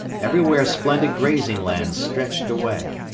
everywhere splendid grazing lands stretched away.